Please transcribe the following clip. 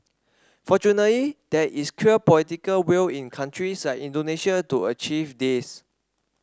fortunately there is clear political will in countries like Indonesia to achieve this